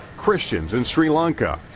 christians in sri lanka,